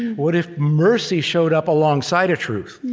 what if mercy showed up alongside of truth?